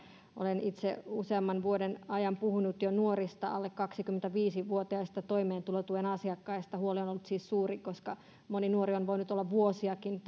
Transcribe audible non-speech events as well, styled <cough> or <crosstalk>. olen itse jo useamman vuoden ajan puhunut nuorista alle kaksikymmentäviisi vuotiaista toimeentulotuen asiakkaista huoli on ollut siis suuri koska moni nuori on voinut olla vuosiakin <unintelligible>